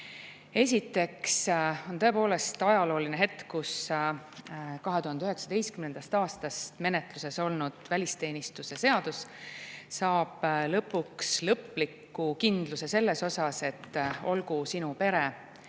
Esiteks on tõepoolest ajalooline hetk, kus 2019. aastast menetluses olnud välisteenistuse seadus saab lõpuks lõpliku kindluse selles osas, et olgu sinu pere,